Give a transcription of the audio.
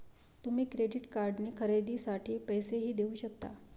तुम्ही क्रेडिट कार्डने खरेदीसाठी पैसेही देऊ शकता